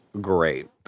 great